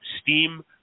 Steam